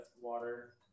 water